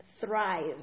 thrive